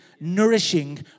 nourishing